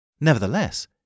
Nevertheless